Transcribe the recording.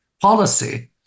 Policy